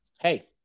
Hey